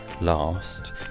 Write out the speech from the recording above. last